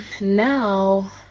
now